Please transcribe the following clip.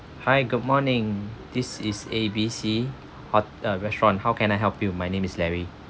hi good morning this is A_B_C ho~ uh restaurant how can I help you my name is larry